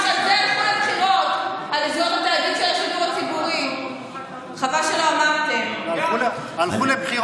תאגיד שידור ציבורי שלא נשלט על ידייך,